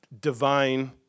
divine